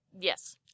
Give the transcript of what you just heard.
Yes